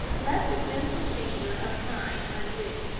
let the gentle finger of time undo,